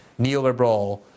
neoliberal